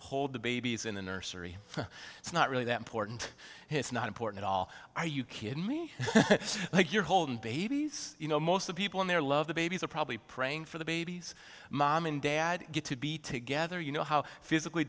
hold the babies in the nursery it's not really that important it's not important all are you kidding me like you're holding babies you know most the people in there love the babies are probably praying for the baby's mom and dad get to be together you know how physically